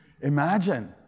Imagine